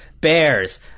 Bears